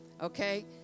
Okay